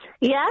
Yes